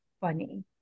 funny